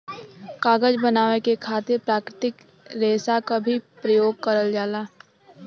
कागज बनावे के खातिर प्राकृतिक रेसा क भी परयोग करल जाला